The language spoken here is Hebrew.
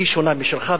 שהיא שונה משלך,